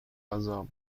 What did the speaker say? غذا